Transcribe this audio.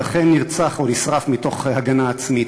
ולכן נרצח או נשרף מתוך הגנה עצמית,